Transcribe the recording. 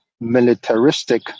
militaristic